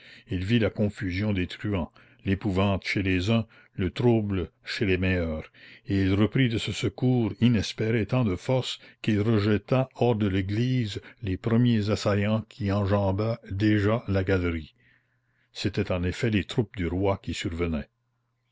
il vit la confusion des truands l'épouvante chez les uns le trouble chez les meilleurs et il reprit de ce secours inespéré tant de force qu'il rejeta hors de l'église les premiers assaillants qui enjambaient déjà la galerie c'étaient en effet les troupes du roi qui survenaient